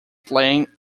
slain